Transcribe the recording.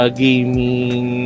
gaming